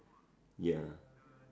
ya